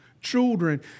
children